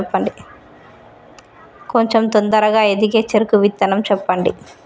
కొంచం తొందరగా ఎదిగే చెరుకు విత్తనం చెప్పండి?